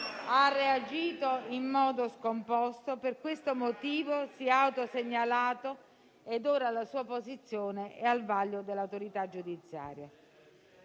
ha reagito in modo scomposto e per questo motivo si è autosegnalato ed ora la sua posizione è al vaglio dell'autorità giudiziaria.